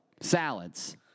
salads